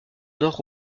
nord